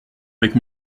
avec